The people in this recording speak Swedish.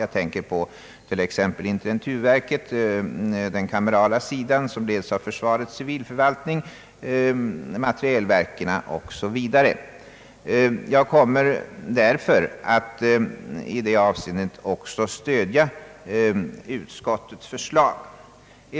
Jag tänker t.ex. på intendenturverket, den kamerala sidan som leds av försvarets civilförvaltning, materielverken OSV. Jag kommer därför också i det avseendet att stödja utskottets förslag.